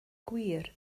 gwir